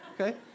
Okay